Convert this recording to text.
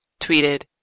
tweeted